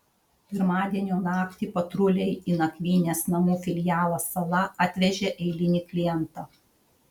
pirmadienio naktį patruliai į nakvynės namų filialą sala atvežė eilinį klientą